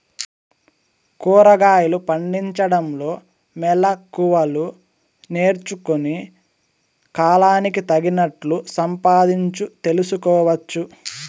కూరగాయలు పండించడంలో మెళకువలు నేర్చుకుని, కాలానికి తగినట్లు సంపాదించు తెలుసుకోవచ్చు